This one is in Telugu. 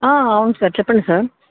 అవును సార్ చెప్పండి సార్